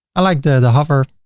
i like the hover.